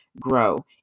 grow